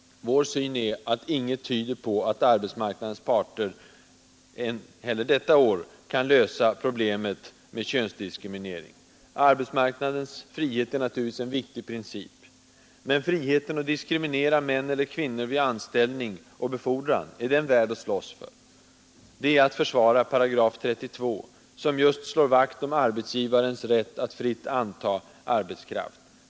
Men inget tyder på att arbetsmarknadens parter heller detta år kan lösa problemet med könsdiskriminering. Arbetsmarknadens frihet är naturligtvis en viktig princip. Men friheten att diskriminera män eller kvinnor vid anställning och befordran — är den värd att slåss för? Det är att försvara § 32 som just slår vakt om arbetsgivarens rätt att fritt antaga arbetskraft.